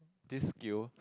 this skill